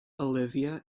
olivia